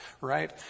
right